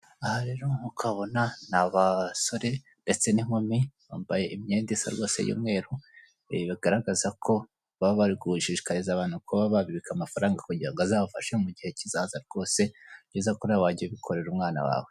Aha rero nkuko uhabona ni abasore ndetse n'inkumi. Bambaye imyenda isa rwose y'umweru bigaragaza ko baba bari gushishikariza abantu kuba babika amafaranga kugira ngo bizabafashe mu gihe kizaza rwose, ni byiza ko nawe wajya ubikorera umwana wawe.